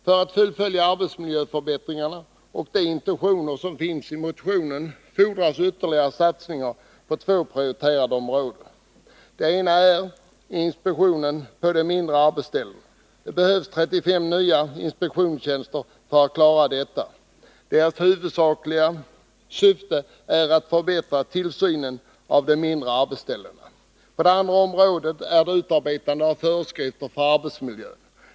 För att fullfölja arbetsmiljöförbättringarna och de intentioner som finns i motionen fordras ytterligare satsningar på två prioriterade områden. Det ena är inspektionen på de mindre arbetsställena. Det behövs 35 nya inspektionstjänster för att klara detta. Deras huvudsakliga syfte är att förbättra tillsynen av de mindre arbetsställena. Det andra området är utarbetandet av föreskrifter för arbetsmiljön.